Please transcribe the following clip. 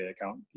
account